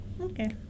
Okay